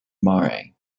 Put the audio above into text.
mare